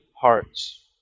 hearts